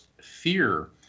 fear